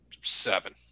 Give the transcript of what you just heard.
seven